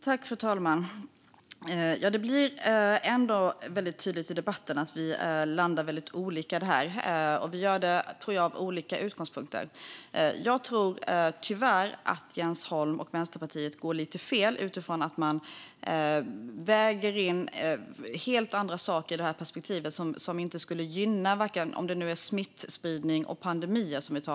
Fru talman! Det blir väldigt tydligt i debatten att vi landar olika i det här, och vi gör det från olika utgångspunkter. Jag tror tyvärr att Jens Holm och Vänsterpartiet går lite fel utifrån att man väger in helt andra perspektiv som inte skulle vara gynnsamma vare sig vi talar om smittspridning eller pandemier.